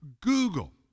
Google